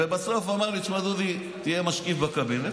בסוף הוא אמר לי: תשמע דודי, תהיה משקיף בקבינט.